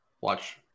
watch